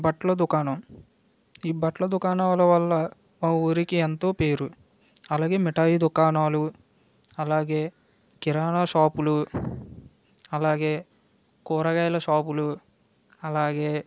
బట్టల దుకాణం ఈ బట్టల దుకాణాల వల్ల మా ఊరికి ఎంతో పేరు అలాగే మిఠాయి దుకాణాలు అలాగే కిరాణా షాపులు అలాగే కూరగాయల షాపులు అలాగే